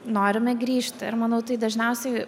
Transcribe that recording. norime grįžti ir manau tai dažniausiai